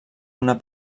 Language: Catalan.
una